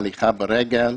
הליכה ברגל,